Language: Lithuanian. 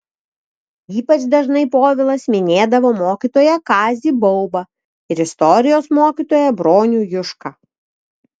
ypač dažnai povilas minėdavo mokytoją kazį baubą ir istorijos mokytoją bronių jušką